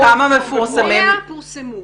כמה פורסמו?